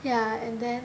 ya and then